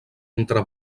entre